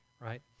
Right